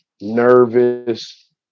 nervous